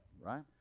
right